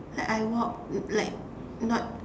like I walk like not